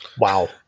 Wow